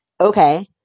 Okay